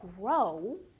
grow